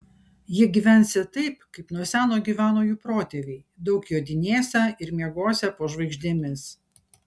jie gyvensią taip kaip nuo seno gyveno jų protėviai daug jodinėsią ir miegosią po žvaigždėmis